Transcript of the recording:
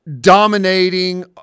dominating